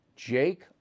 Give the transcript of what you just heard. Jake